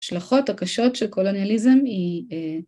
השלכות הקשות של קולוניאליזם היא